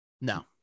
No